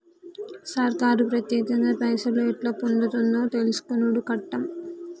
సర్కారు పత్యేకంగా పైసలు ఎట్లా పొందుతుందో తెలుసుకునుడు కట్టం